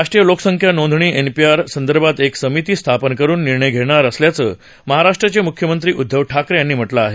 राष्ट्रीय लोकसंख्या नोंदणी एनपीआर संदर्भात एक समिती स्थापन करून निर्णय घेणार असल्याचं महाराष्ट्राचे मुख्यमंत्री उद्धव ठाकरे यांनी म्हटलं आहे